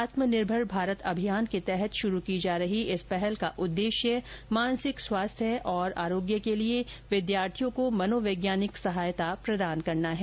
आत्मनिर्भर भारत अभियान के तहत शुरू की जा रही इस पहल का उद्देश्य मानसिक स्वास्थ्य और आरोग्य के लिए विद्यार्थियों को मनोवैज्ञानिक सहायता प्रदान करना है